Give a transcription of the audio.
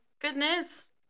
goodness